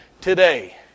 today